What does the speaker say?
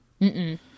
Mm-mm